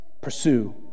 pursue